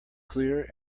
clear